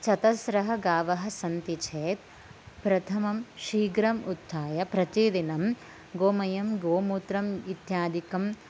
चतस्त्रः गावः सन्ति चेत् प्रथमं शीघ्रम् उत्थाय प्रतिदिनं गोमयं गोमूत्रम् इत्यादिकम्